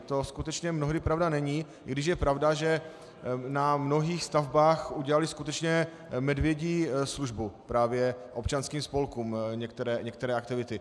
To skutečně mnohdy pravda není, i když je pravda, že na mnohých stavbách udělaly skutečně medvědí službu právě občanským službám některé aktivity.